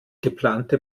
geplante